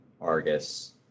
Argus